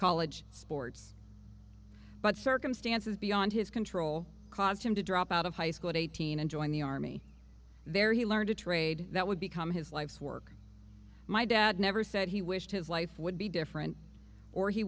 college sports but circumstances beyond his control caused him to drop out of high school at eighteen and join the army there he learned a trade that would become his life's work my dad never said he wished his life would be different or he